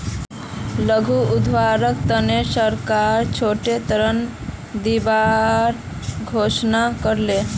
लघु उद्योगेर तने सरकार छोटो ऋण दिबार घोषणा कर ले